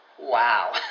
wow